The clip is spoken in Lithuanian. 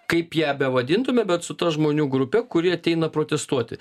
kaip ją bevadintume bet su ta žmonių grupe kuri ateina protestuoti